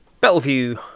Bellevue